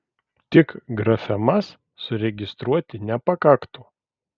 tik grafemas suregistruoti nepakaktų